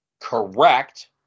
correct